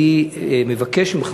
אני מבקש ממך,